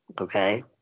Okay